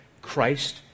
Christ